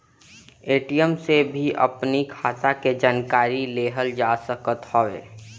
ATM से भी अपनी खाता के जानकारी लेहल जा सकत हवे